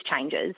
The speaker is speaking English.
changes